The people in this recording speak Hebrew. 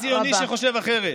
אין ציוני שחושב אחרת.